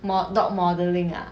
mo~ dog modeling ah